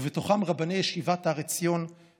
ובתוכם רבני ישיבת הר עציון,